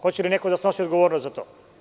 Hoće li neko da snosi odgovornost za to?